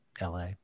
LA